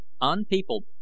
unpeopled